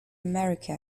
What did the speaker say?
america